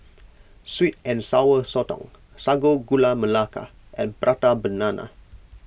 Sweet and Sour Sotong Sago Gula Melaka and Prata Banana